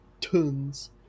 Tons